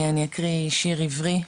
נקריא שיר עברי,